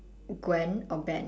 gwen or ben